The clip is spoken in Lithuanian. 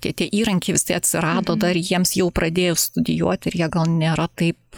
tie tie įrankiai visi atsirado dar jiems jau pradėjus studijuoti ir jie gal nėra taip